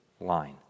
line